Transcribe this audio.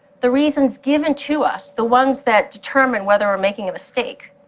the reasons given to us, the ones that determine whether we're making a mistake,